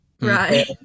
Right